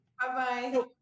Bye-bye